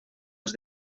els